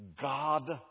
God